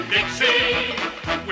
Dixie